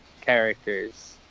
characters